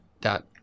dot